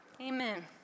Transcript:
Amen